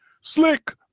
slick